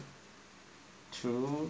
true